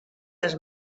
les